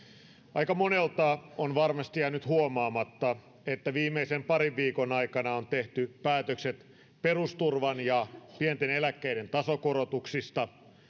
aika monelta on varmasti jäänyt huomaamatta että viimeisen parin viikon aikana on tehty päätökset perusturvan ja pienten eläkkeiden tasokorotuksista